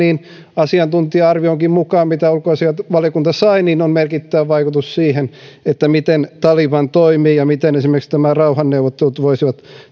asiantuntija arvionkin mukaan mitä ulkoasianvaliokunta sai on merkittävä vaikutus siihen miten taliban toimii ja miten esimerkiksi rauhanneuvottelut voisivat